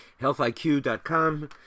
healthiq.com